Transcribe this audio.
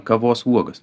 kavos uogas